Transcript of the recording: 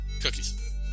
Cookies